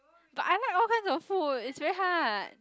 but I kind all kinds of food it's very hard